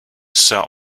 sir